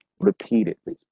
repeatedly